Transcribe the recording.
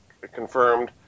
confirmed